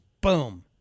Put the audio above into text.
Boom